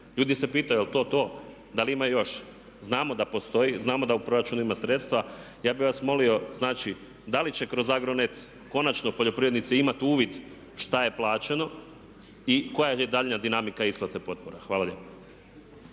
Ljudi se pitaju je li to to, da li ima još. Znamo da postoj, znamo da u proračunu ima sredstva. Ja bih vas molio, znači da li će kroz Agronet konačno poljoprivrednici imati uvid šta je plaćeno i koja je daljnja dinamika isplate potpora. Hvala lijepo.